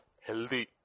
healthy